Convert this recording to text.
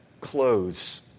clothes